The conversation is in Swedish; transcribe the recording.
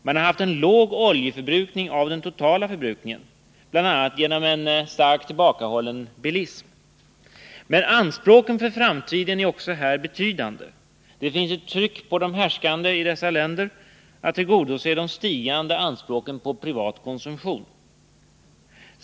Man har haft en låg oljeförbrukning i förhållande till den totala förbrukningen, bl.a. genom en starkt tillbakahållen bilism. Men anspråken för framtiden är också här betydande. Det finns ett tryck på de härskande i dessa länder att tillgodose de stigande anspråken på privat konsumtion.